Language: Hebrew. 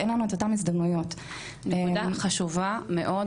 אין לנו את אותם הזדמנויות --- נקודה חשובה מאוד,